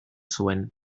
zuen